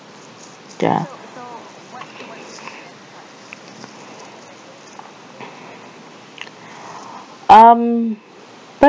ya um